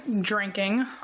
drinking